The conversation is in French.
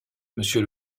monsieur